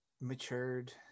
matured